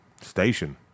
station